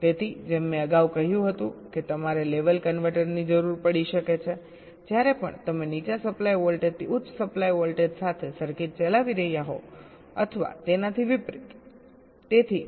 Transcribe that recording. તેથી જેમ મેં અગાઉ કહ્યું હતું કે તમારે લેવલ કન્વર્ટરની જરૂર પડી શકે છે જ્યારે પણ તમે નીચા સપ્લાય વોલ્ટેજ થી ઉચ્ચ સપ્લાય વોલ્ટેજ સાથે સર્કિટ ચલાવી રહ્યા હોવ અથવા તેનાથી વિપરીત